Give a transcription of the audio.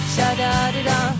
Sha-da-da-da